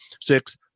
six